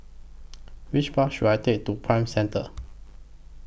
Which Bus should I Take to Prime Centre